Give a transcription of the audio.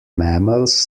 mammals